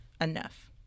enough